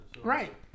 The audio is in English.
Right